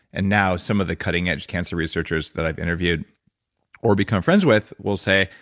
and now some of the cutting edge cancer researchers that i've interviewed or become friends with will say,